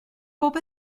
bob